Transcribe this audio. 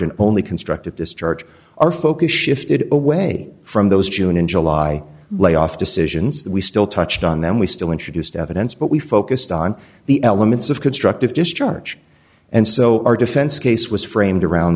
and only constructive discharge our focus shifted away from those june and july layoff decisions we still touched on then we still introduced evidence but we focused on the elements of constructive discharge and so our defense case was framed around